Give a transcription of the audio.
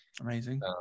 amazing